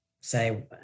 say